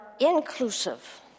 inclusive